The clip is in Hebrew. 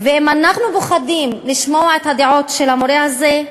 ואם אנחנו פוחדים לשמוע את הדעות של המורה הזה,